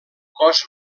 cos